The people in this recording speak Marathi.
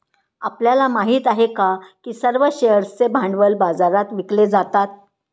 आपल्याला माहित आहे का की सर्व शेअर्सचे भांडवल बाजारात विकले जातात?